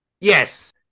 Yes